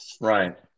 Right